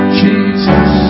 jesus